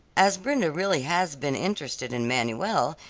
as brenda really has been interested in manuel,